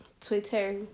Twitter